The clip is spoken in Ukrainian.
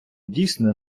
дійсно